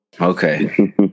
Okay